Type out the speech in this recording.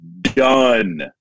Done